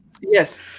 Yes